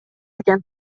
экен